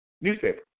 newspaper